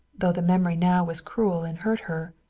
though the memory now was cruel and hurt her,